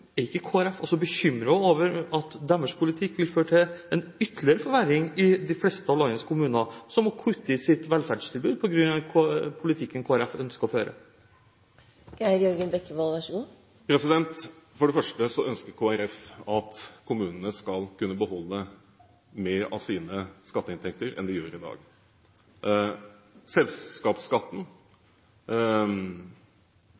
Er ikke Kristelig Folkeparti også bekymret over at deres politikk vil føre til ytterligere forverring i de fleste av landets kommuner, som må kutte i sitt velferdstilbud på grunn av den politikken som Kristelig Folkeparti ønsker å føre? For det første ønsker Kristelig Folkeparti at kommunene skal kunne beholde mer av sine skatteinntekter enn de gjør i dag. Selskapsskatten